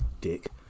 Dick